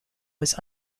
was